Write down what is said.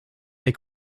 they